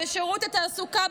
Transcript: בשירות התעסוקה,